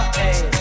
hey